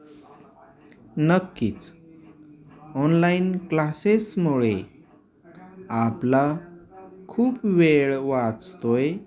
नक्कीच ऑनलाईन क्लासेसमुळे आपला खूप वेळ वाचतो आहे माझी घरची सगळी कामं संपवून सुद्धा भरपूर वेळ असतो माझ्याकडे आजकाल शिवाय फी कमी झाली तेही एक आहेच